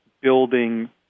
building